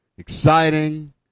Exciting